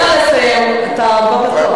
תן לו לסיים, אתה הבא בתור.